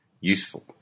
useful